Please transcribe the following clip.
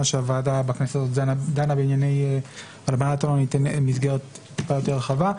שהוועדה דנה בענייני הלבנת הון במסגרת טיפה יותר רחבה.